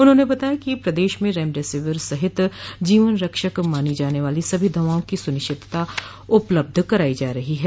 उन्होंने बताया कि प्रदेश म रेमिडेसिवर सहित जीवन रक्षक मानी जाने वाली सभी दवाओं की सुनिश्चितता उपलब्ध कराई जा रही है